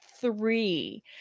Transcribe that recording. three